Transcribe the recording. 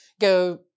go